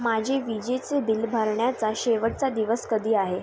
माझे विजेचे बिल भरण्याचा शेवटचा दिवस कधी आहे